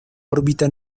órbita